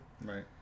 Right